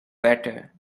better